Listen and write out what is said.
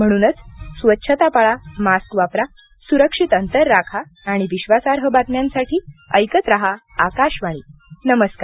म्हणून स्वच्छता पाळा मास्क वापरा सुरक्षित अंतर राखा आणि विश्वासार्ह बातम्यांसाठी ऐकत राहा आकाशवाणी नमस्कार